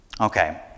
Okay